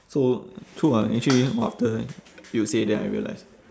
so true ah actually after you say then I realise